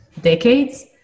decades